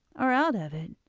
or out of it,